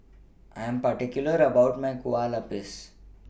I Am particular about My Kueh Lapis